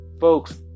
Folks